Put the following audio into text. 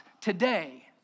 today